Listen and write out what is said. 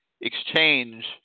exchange